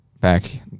back